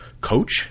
coach